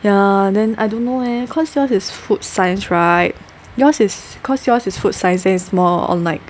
ya then I don't know eh cause yours is food science right yours is cause yours is food sciences then is more on like